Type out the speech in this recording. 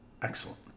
excellent